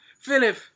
Philip